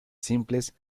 simples